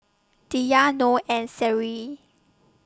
Dhia Nor and Seri